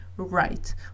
right